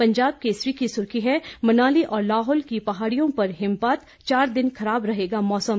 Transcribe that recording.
पंजाब केसरी की सुर्खी हैं मनाली और लाहौल की पहाड़ियों पर हिमपात चार दिन खराब रहेगा मौसम